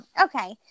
okay